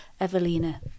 Evelina